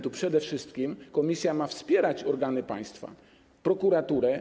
Tu przede wszystkim komisja ma wspierać organy państwa, prokuraturę.